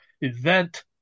event